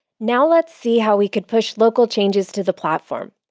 now let's see how we could push local changes to the platform.